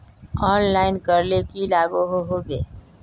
Online करले की लागोहो होबे?